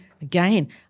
again